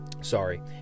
Sorry